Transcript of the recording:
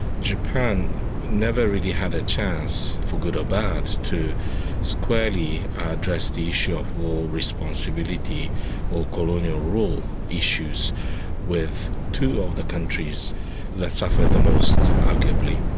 japan never really had a chance, for good or bad, to squarely address the issue of war responsibility or colonial rule issues with two of the countries that suffered the most, arguably,